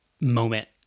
moment